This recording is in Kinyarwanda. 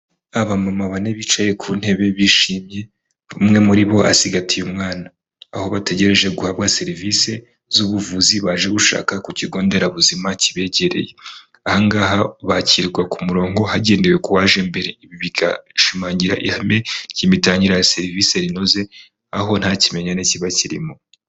Abamama bane bicaye ku ntebe bishimye umwe muri bo asigaye umwana, aho bategereje guhabwa serivise z'ubuvuzi baje gushaka ku kigo nderabuzima kibegereye, aha ngaha bakirwa ku murongo hagendewe ku waje mbere ibi bigashimangira ihame ry'imitangire ya serivisi rinoze aho nta kimenyane kiba kirimo.